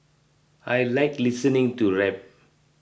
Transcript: I like listening to rap